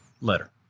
letter